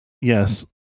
Yes